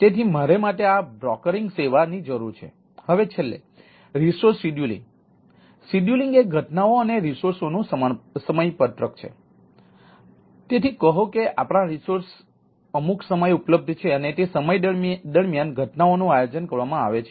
તેથી મારે આ માટે બ્રોકરીંગ સેવા સમસ્યા છે